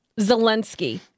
Zelensky